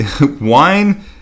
wine